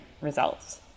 results